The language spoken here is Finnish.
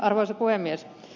arvoisa puhemies